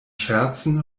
scherzen